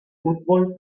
fútbol